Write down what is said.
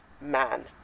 man